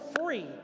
free